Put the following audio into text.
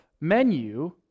menu